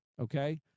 Okay